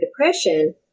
depression